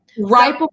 Right